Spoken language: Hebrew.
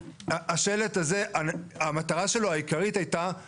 אולי לעשות את זה כהוראת שעה לחודשיים,